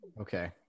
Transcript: Okay